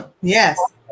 Yes